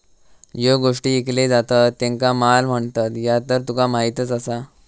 ज्यो गोष्टी ईकले जातत त्येंका माल म्हणतत, ह्या तर तुका माहीतच आसा